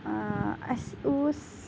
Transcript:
اَسہِ اوس